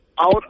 out